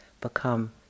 become